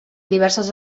diverses